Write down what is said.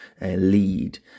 lead